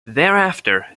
thereafter